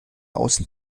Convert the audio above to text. außen